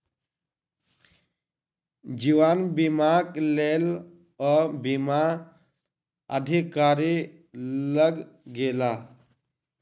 जीवन बीमाक लेल ओ बीमा अधिकारी लग गेला